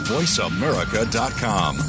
VoiceAmerica.com